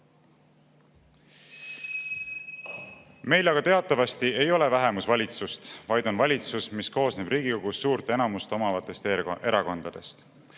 Meil aga teatavasti ei ole vähemusvalitsust, vaid on valitsus, mis koosneb Riigikogus suurt enamust omavatest erakondadest.